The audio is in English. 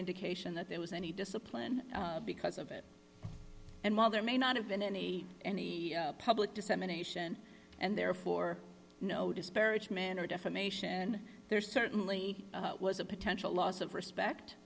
indication that there was any discipline because of it and while there may not have been any any public dissemination and therefore no disparage man or defamation there certainly was a potential loss of respect